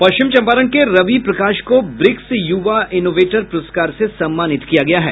पश्चिम चंपारण के रवि प्रकाश को ब्रिक्स युवा इनोवेटर पुरस्कार से सम्मानित किया गया है